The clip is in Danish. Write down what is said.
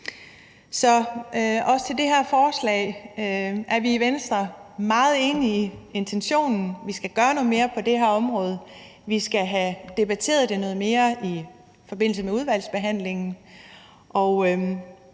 forhold til det her forslag er vi i Venstre meget enige i intentionen. Vi skal gøre noget mere på det her område. Vi skal have debatteret det noget mere i forbindelse med udvalgsbehandlingen.